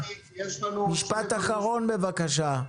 משפט אחרון בבקשה.